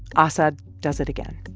ah assad does it again.